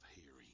hearing